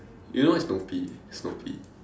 you know what is Snoopy Snoopy